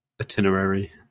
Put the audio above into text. itinerary